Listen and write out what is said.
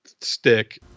stick